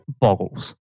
boggles